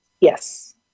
Yes